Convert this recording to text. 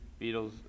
Beatles